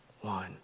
one